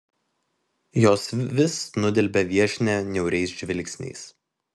jos vis nudelbia viešnią niauriais žvilgsniais